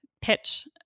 pitch